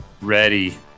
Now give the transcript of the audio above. Ready